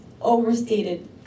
overstated